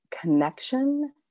connection